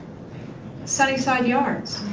sunnyside yards,